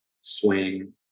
swing